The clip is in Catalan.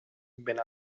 vent